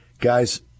Guys